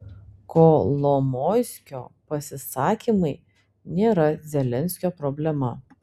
kolomoiskio pasisakymai nėra zelenskio problema